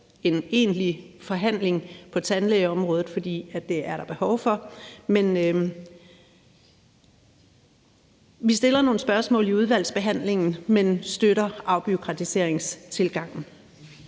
en egentlig forhandling på tandlægeområdet, fordi der er behov for det, og vi vil stille nogle spørgsmål i udvalgsbehandlingen. Men vi støtter afbureaukratiseringstilgangen.